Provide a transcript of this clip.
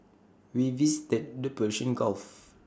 we visited the Persian gulf